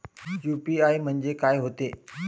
UPI म्हणजे का होते?